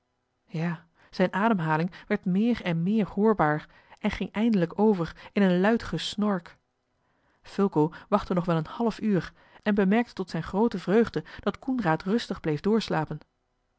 ja zijne ademhaling werd meer en meer hoorbaar en ging eindelijk over in een luid gesnork fulco wachtte nog wel een half uur en bemerkte tot zijne groote vreugde dat coenraad rustig bleef doorslapen